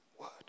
word